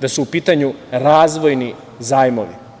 da su u pitanju razvojni zajmovi.